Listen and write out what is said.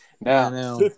Now